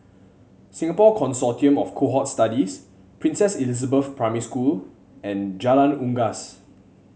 Singapore Consortium of Cohort Studies Princess Elizabeth Primary School and Jalan Unggas